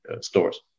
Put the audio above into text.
stores